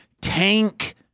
tank